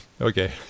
Okay